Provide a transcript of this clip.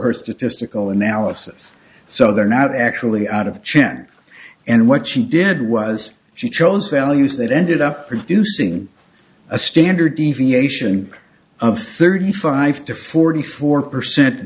her statistical analysis so they're not actually out of chen and what she did was she chose values that ended up producing a standard deviation of thirty five to forty four percent